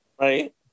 Right